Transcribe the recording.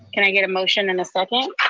can i get a motion and a second?